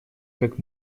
как